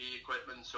equipment